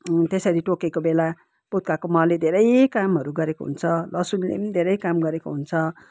त्यसरी टोकेको बेला पुत्काको महले धेरै कामहरू गरेको हुन्छ लसुनले पनि धेरै काम गरेको हुन्छ